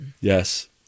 Yes